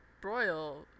broil